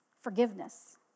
forgiveness